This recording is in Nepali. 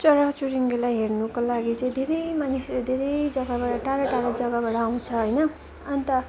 चराचुरुङ्गीलाई हेर्नुको लागि चाहिँ धेरै मानिसहरू धेरै जग्गाबाट टाढा टाढा जग्गाबाट आउँछ होइन अन्त